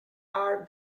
are